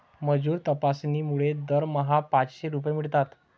मजूर तपासणीमुळे दरमहा पाचशे रुपये मिळतात